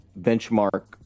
benchmark